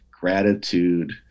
gratitude